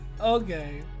okay